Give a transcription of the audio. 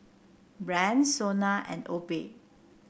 Bragg Sona and Obey